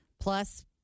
Plus